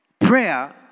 Prayer